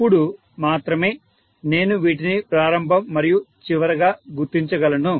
అప్పుడు మాత్రమే నేను వీటిని ప్రారంభం మరియు చివర గా గుర్తించగలను